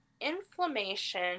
Inflammation